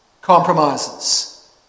Compromises